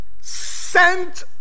sent